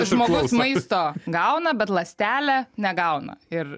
žmogus maisto gauna bet ląstelė negauna ir